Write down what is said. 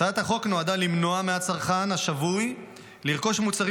הצעת החוק נועדה למנוע מהצרכן השבוי לרכוש מוצרים